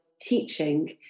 teaching